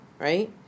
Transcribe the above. right